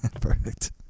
Perfect